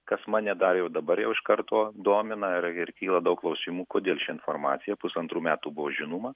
kas mane dar jau dabar jau iš karto domina ir ir kyla daug klausimų kodėl ši informacija pusantrų metų buvo žinoma